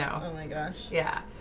yeah oh my gosh. yeah,